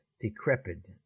decrepit